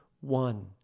one